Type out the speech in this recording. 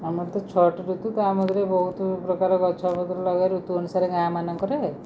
ଆମର ତ ଛଅଟି ଋତୁ ତା ମଧ୍ୟରେ ବହୁତ ପ୍ରକାର ଗଛପତ୍ର ଲଗା ଋତୁ ଅନୁସାରେ ଗାଁ ମାନଙ୍କରେ